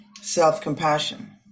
self-compassion